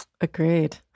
Agreed